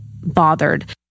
bothered